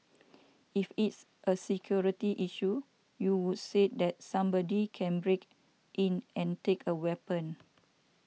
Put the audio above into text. if it's a security issue you would say that somebody can break in and take a weapon